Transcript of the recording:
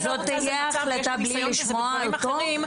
יש לי ניסיון בזה בדברים אחרים.